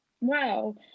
Wow